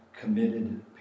committed